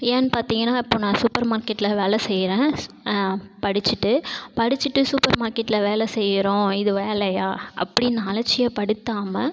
ஏன் பார்த்தீங்கன்னா இப்போது நான் சூப்பர் மார்க்கெட்டில் வேலை செய்கிறேன் படித்திட்டு படித்திட்டு சூப்பர் மார்க்கெட்டில் வேலை செய்கிறோம் இது வேலையா அப்படின்னு அலட்சியப்படுத்தாமல்